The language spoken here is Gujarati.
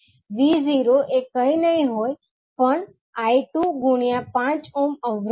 𝑉0 એ કંઈ નહીં હોય પણ 𝐼2 ગુણ્યા 5 ઓહ્મ અવરોધ છે